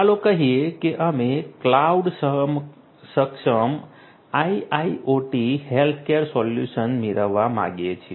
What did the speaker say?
ચાલો કહીએ કે અમે ક્લાઉડ સક્ષમ આઈઆઈઓટી હેલ્થકેર સોલ્યુશન મેળવવા માંગીએ છીએ